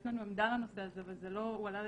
יש לנו עמדה בנושא הזה וזה לא הועלה לדיון.